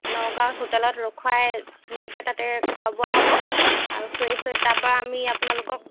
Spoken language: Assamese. নগাঁৱৰ হোটেলত ৰখোয়াই ধুনীয়াকে তাতে খোৱা বোৱা হ'ব আৰু ফ্ৰেছ হৈ তাৰ পৰা আমি আপোনালোকক